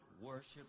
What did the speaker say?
worship